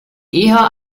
eher